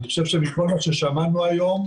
אני חושב שמכל מה ששמענו היום,